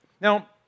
Now